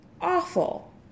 Awful